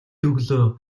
өглөө